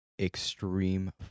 Extreme